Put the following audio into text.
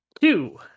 Two